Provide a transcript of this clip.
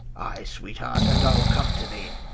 ay, sweet-heart, and i'll come to thee.